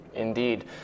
Indeed